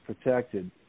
protected